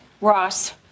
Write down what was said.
Ross